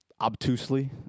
obtusely